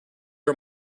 are